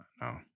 No